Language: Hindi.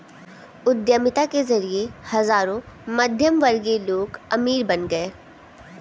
उद्यमिता के जरिए हजारों मध्यमवर्गीय लोग अमीर बन गए